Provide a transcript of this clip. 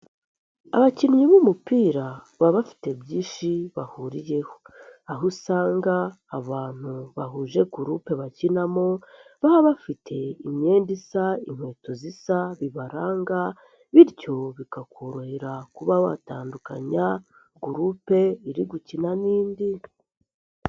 Abakinnyi b'umupira baba bafite byinshi bahuriyeho. Aho usanga abantu bahujegroupe bakinamo baba bafite imyenda isa, inkweto zisa bibaranga, bityo bikakorohera kuba batandukanya groupe iri gukina n'indi.